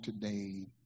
today